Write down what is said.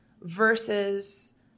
versus